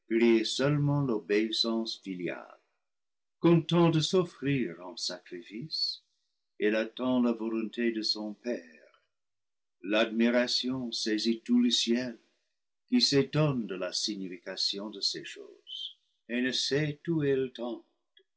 content de s'offrir en sacrifice il attend la volonté de son père l'admiration saisit tout le ciel qui s'étonne de la signification de ces choses et ne sait où elles tendent